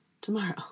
tomorrow